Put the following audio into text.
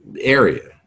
Area